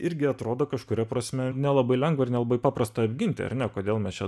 irgi atrodo kažkuria prasme ir nelabai lengva ir nelabai paprasta apginti ar ne kodėl mes čia